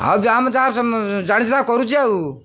ହେଉ ଆମେ ତା ଜାଣିଛୁ କରୁଛି ଆଉ